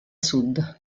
sud